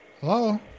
Hello